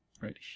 right